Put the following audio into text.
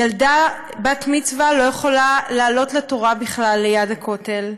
ילדת בת-מצווה לא יכולה לעלות לתורה בכלל ליד הכותל,